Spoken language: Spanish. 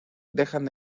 dejan